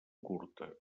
curta